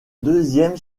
deuxième